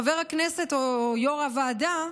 חבר הכנסת או יו"ר הוועדה,